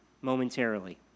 momentarily